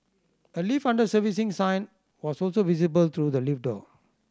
a lift under servicing sign was also visible through the lift door